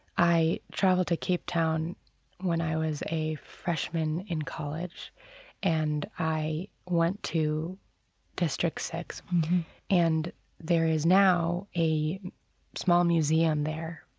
i traveled to cape town when i was a freshman in college and i went to district six and there is now a small museum there,